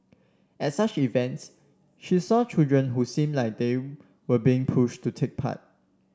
at such events she saw children who seemed like they were being pushed to take part